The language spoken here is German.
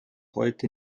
heute